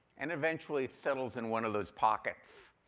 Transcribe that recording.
and eventually settles in one of those pockets.